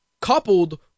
Coupled